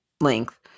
length